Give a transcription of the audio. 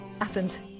Athens